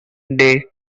day